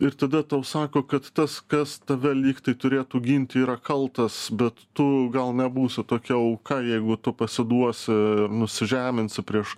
ir tada tau sako kad tas kas tave lyg tai turėtų ginti yra kaltas bet tu gal nebūsi tokia auka jeigu tu pasiduosi nusižeminsi prieš